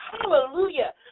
hallelujah